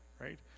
right